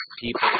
people